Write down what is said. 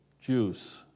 Jews